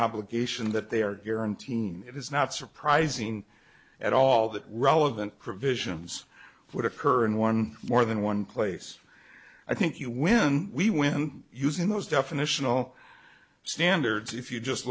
obligation that they are guaranteeing it is not surprising at all that relevant provisions would occur in one more than one place i think you will we when using those definitional standards if you just